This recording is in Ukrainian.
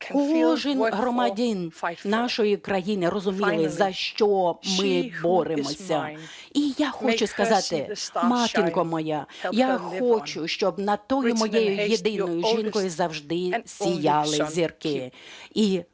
кожен громадянин нашої країни розумів, за що ми боремося. І я хочу сказати, матінко моя, я хочу, щоб над тою моєю єдиною жінкою завжди сіяли зірки. І,